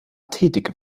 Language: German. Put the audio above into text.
tätig